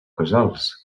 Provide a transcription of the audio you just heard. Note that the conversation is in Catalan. casals